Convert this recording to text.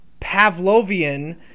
Pavlovian